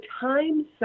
time